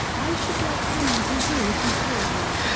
i should like henry to hear what you have told me.